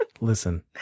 Listen